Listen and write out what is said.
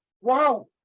wow